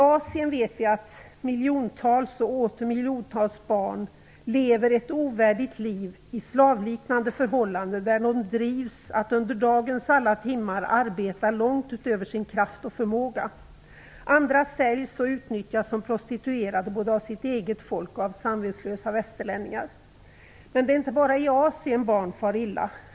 Vi vet att miljoner och åter miljoner barn i Asien lever ett ovärdigt liv i slavliknande förhållanden, där de drivs att under dagens alla timmar arbeta långt utöver sin kraft och förmåga. Andra säljs och utnyttjas som prostituerade, både av sitt eget folk och av samvetslösa västerlänningar. Men det är inte bara i Asien som barn far illa.